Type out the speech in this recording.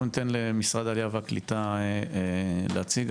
אנחנו ניתן למשרד העלייה והקליטה להציג.